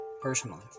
Personally